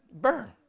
Burn